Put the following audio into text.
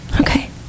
Okay